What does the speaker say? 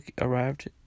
arrived